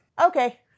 Okay